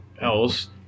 else